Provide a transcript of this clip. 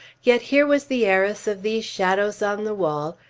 yet here was the heiress of these shadows on the wall,